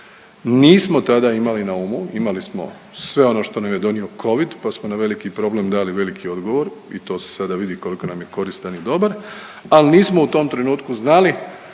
nismo tada imali na umu, imali smo sve ono što nam je donio Covid pa smo na veliki problem dali veliki odgovor i to se sada vidi koliko nam je koristan i dobar, ali nismo u tom trenutku znali